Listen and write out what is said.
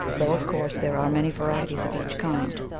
though of course there are many varieties of each kind.